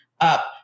up